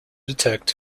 detect